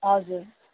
हजुर